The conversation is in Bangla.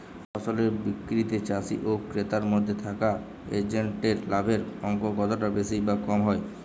ফসলের বিক্রিতে চাষী ও ক্রেতার মধ্যে থাকা এজেন্টদের লাভের অঙ্ক কতটা বেশি বা কম হয়?